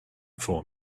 for